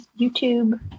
YouTube